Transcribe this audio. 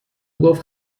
گفت